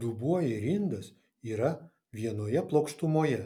dubuo ir indas yra vienoje plokštumoje